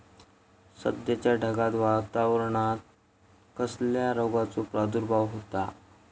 सध्याच्या ढगाळ वातावरणान कसल्या रोगाचो प्रादुर्भाव होता?